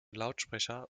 lautsprecher